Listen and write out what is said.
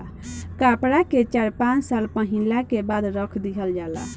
कपड़ा के चार पाँच साल पहिनला के बाद रख दिहल जाला